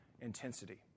intensity